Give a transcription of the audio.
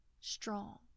strong